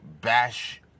bash